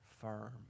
firm